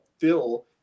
fill